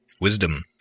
Wisdom